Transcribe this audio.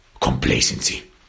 complacency